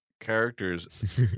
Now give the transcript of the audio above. character's